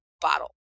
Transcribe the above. bottle